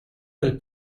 del